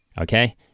Okay